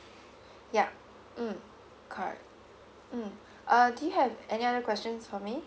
yup mm correct mm uh do you have any other questions for me